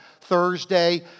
Thursday